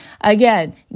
Again